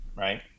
Right